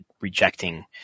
rejecting